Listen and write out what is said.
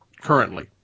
currently